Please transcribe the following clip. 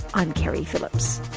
i'm keri phillips